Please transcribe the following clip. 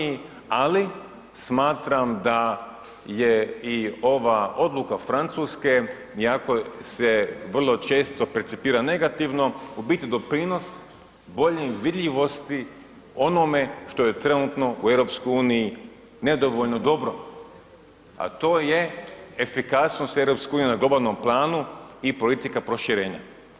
Ali smatram da je i ova odluka Francuske iako se vrlo često percipira negativno u biti doprinos boljoj vidljivosti onome što je trenutno u EU nedovoljno dobro, a to je efikasnost EU na globalnom planu i politika proširenja.